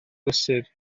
brysur